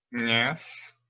Yes